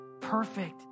perfect